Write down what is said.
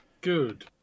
Good